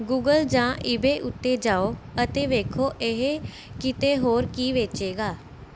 Google ਜਾਂ eBay ਉੱਤੇ ਜਾਓ ਅਤੇ ਵੇਖੋ ਇਹ ਕਿਤੇ ਹੋਰ ਕੀ ਵੇਚੇਗਾ